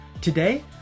Today